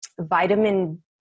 vitamin